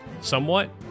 somewhat